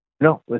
No